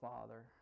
Father